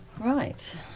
Right